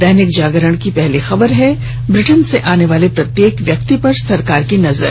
दैनिक जागरण की पहली खबर है ब्रिटेन से आने वाले प्रत्येक व्यक्ति पर सरकार की नजर